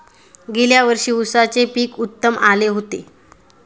गेल्या वर्षी उसाचे पीक उत्तम आले होते